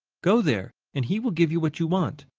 go there and he will give you what you want.